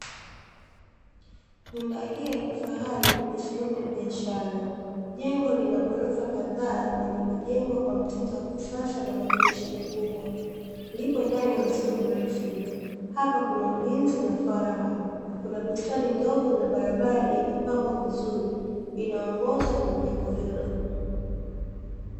Nyumba hii ya kifahari ni sehemu ya biashara. Jengo lina ghorofa kadhaa na limejengwa kwa mtindo wa kisasa na madirisha makubwa; lipo ndani ya uzio mrefu. Hapa kuna ulinzi na faragha. Kuna bustani ndogo na barabara iliyopambwa vizuri inayoongoza kwenye jengo hilo.